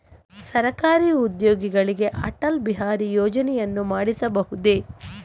ಸರಕಾರಿ ಉದ್ಯೋಗಿಗಳಿಗೆ ಅಟಲ್ ಬಿಹಾರಿ ಯೋಜನೆಯನ್ನು ಮಾಡಿಸಬಹುದೇ?